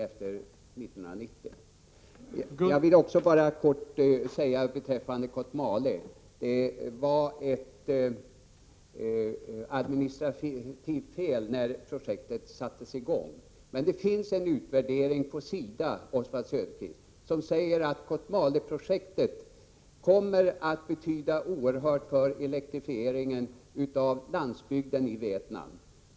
Beträffande Kotmale vill jag bara säga att det gjordes ett administrativt fel när projektet sattes i gång, men av en utvärdering på SIDA framgår det, Oswald Söderqvist, att Kotmaleprojektet kommer att betyda oerhört mycket för elektrifieringen av landsbygden i Vietnam.